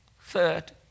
Third